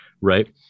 Right